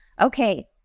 Okay